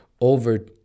over